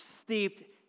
steeped